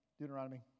Deuteronomy